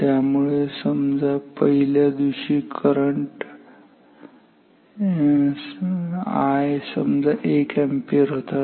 त्यामुळे समजा पहिल्या दिवशी करंट I समजा एक अॅम्पियर होता ठीक आहे